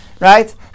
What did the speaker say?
right